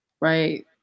right